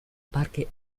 parque